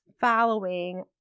following